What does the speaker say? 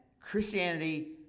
Christianity